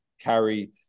carry